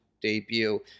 debut